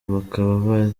bakaba